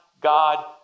God